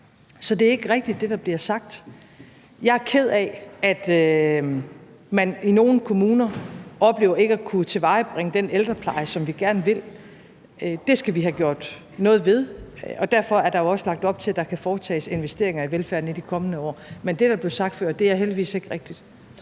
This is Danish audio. Så det, der bliver sagt, er ikke rigtigt. Jeg er ked af, at man i nogle kommuner oplever ikke at kunne tilvejebringe den ældrepleje, som vi gerne vil. Det skal vi have gjort noget ved, og derfor er der jo også lagt op til, at der kan foretages investeringer i velfærden i de kommende år. Men det, der blev sagt før, er heldigvis ikke rigtigt.